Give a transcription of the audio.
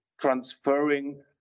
transferring